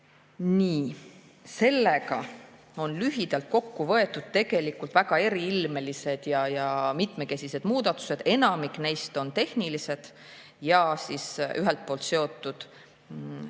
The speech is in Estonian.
Nii, sellega on lühidalt kokku võetud tegelikult väga eriilmelised ja mitmekesised muudatused. Enamik neist on tehnilised, ühelt poolt seotud